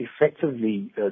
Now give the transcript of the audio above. effectively